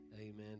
Amen